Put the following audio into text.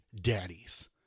daddies